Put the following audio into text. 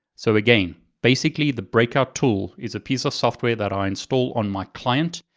so again, basically, the breakout tool is a piece of software that i install on my client.